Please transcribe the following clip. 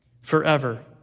forever